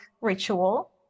ritual